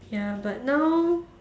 ya but now